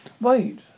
Wait